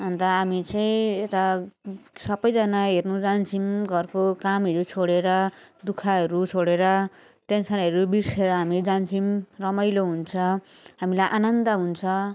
अन्त हामी चाहिँ यता सबैजना हेर्नु जान्छौँ घरको कामहरू छोडेर दुःखहरू छोडेर टेन्सनहरू बिर्सेर हामी जान्छौँ रमाइलो हुन्छ हामीलाई आनन्द हुन्छ